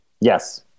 Yes